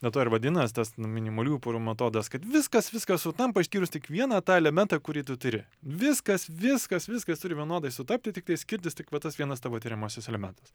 be to ir vadinas tas minimaliųjų porų matodas kad viskas viskas sutampa išskyrus tik vieną tą elementą kurį tu tiri viskas viskas viskas turi vienodai sutapti tiktai skirtis tik va tas vienas tavo tiriamasis elementas